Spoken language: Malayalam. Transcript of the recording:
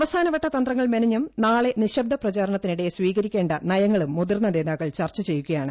അവസാനവട്ട തന്ത്രങ്ങൾ മെന്ത്തും നാളെ നിശബ്ദ പ്രചാരണത്തിനിടെ സ്വീകരിക്കേ നയങ്ങളും മുതിർന്ന നേതാക്കൾ ചർച്ച ചെയ്യുകയാണ്